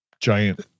giant